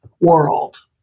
world